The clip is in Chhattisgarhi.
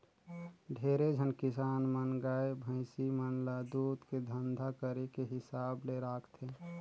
ढेरे झन किसान मन गाय, भइसी मन ल दूद के धंधा करे के हिसाब ले राखथे